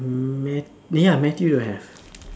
Matt~ ya Matthew don't have